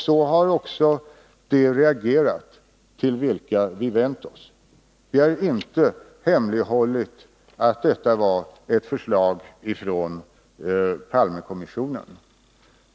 Så har också de reagerat till vilka vi vänt oss. Vi har inte hemlighållit att detta var ett förslag från Palmekommissionen.